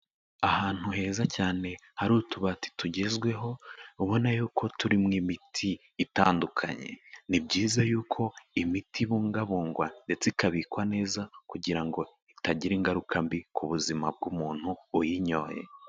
Ahantu heza cyane, hari utubati tugezweho, ubona y'uko turi mu miti itandukanye, ni byiza yuko imiti ibungabungwa ndetse ikabikwa neza, kugira ngo itagira ingaruka mbi ku buzima bw'umuntu uyinyoye.